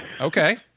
Okay